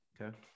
Okay